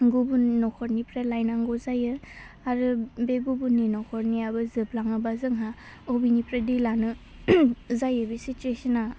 गुबुननि नख'रनिफ्राय लायनांगौ जायो आरो बे गुबुननि नख'रनियाबो जोबलाङोबा जोंहा अबेनिफ्राय दै लानो जायो बे सितुएशना